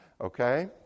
Okay